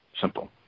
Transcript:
Simple